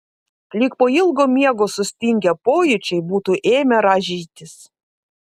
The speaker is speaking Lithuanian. lyg po ilgo miego sustingę pojūčiai būtų ėmę rąžytis